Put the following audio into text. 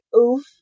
oof